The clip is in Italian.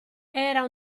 era